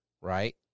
right